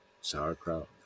Sauerkraut